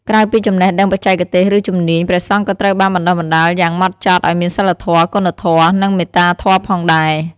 ក្រៅពីចំណេះដឹងបច្ចេកទេស ឬជំនាញ ព្រះសង្ឃក៏ត្រូវបានបណ្តុះបណ្តាលយ៉ាងហ្មត់ចត់ឱ្យមានសីលធម៌ គុណធម៌ និងមេត្តាធម៌ផងដែរ។